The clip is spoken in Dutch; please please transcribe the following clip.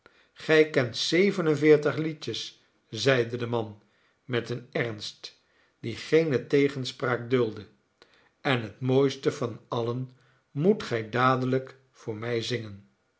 zeven en veertig liedjes zeide de man met een ernst die geene tegenspraak duldde en het mooiste van alien moet gij dadelijk voor mij zingen